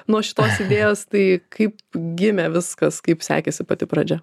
nuo šitos idėjos tai kaip gimė viskas kaip sekėsi pati pradžia